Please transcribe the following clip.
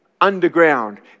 underground